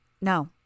No